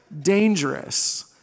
dangerous